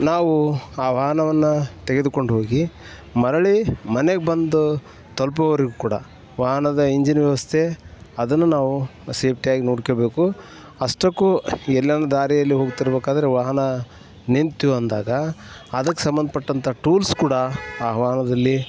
ನಾವು ಆ ವಾಹನವನ್ನು ತೆಗೆದುಕೊಂಡು ಹೋಗಿ ಮರಳಿ ಮನೆಗೆ ಬಂದು ತಲ್ಪುವರೆಗೂ ಕೂಡ ವಾಹನದ ಇಂಜಿನ್ ವ್ಯವಸ್ಥೆ ಅದನ್ನು ನಾವು ಸೇಫ್ಟಿಯಾಗಿ ನೋಡ್ಕೋಬೇಕು ಅಷ್ಟಕ್ಕೂ ಎಲ್ಲಾರು ದಾರಿಯಲ್ಲಿ ಹೋಗ್ತಿರಬೇಕಾದ್ರೆ ವಾಹನ ನಿಂತು ಅಂದಾಗ ಅದಕ್ಕೆ ಸಂಬಂಧಪಟ್ಟಂತ ಟೂಲ್ಸ್ ಕೂಡ ಆ ವಾಹನದಲ್ಲಿ